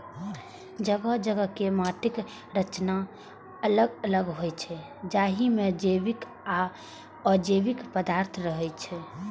जगह जगह के माटिक संरचना अलग अलग होइ छै, जाहि मे जैविक आ अजैविक पदार्थ रहै छै